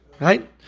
right